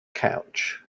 couch